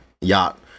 yacht